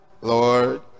Lord